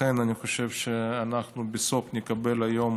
לכן, אני חושב שאנחנו בסוף נקבל היום